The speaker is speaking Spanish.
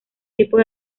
tipos